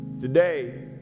Today